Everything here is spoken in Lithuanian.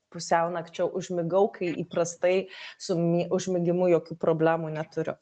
pusiaunakčio užmigau kai įprastai su mi užmigimu jokių problemų neturiu